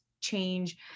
change